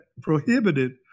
prohibited